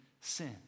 sin